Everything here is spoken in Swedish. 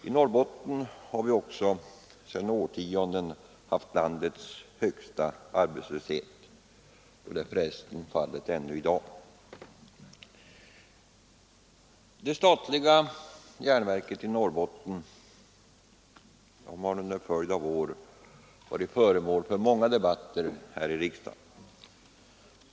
I Norrbotten har vi också sedan årtionden haft landets högsta arbetslöshet och det är så även i dag. Det statliga järnverket i Norrbotten har under en följd av år varit föremål för många debatter här i riksdagen.